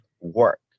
work